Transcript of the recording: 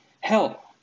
Hell